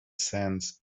sands